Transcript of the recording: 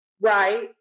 right